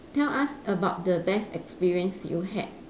tell us about the best experience you had